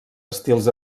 estils